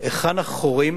היכן החורים